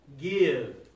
give